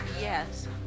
Yes